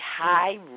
high